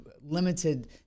limited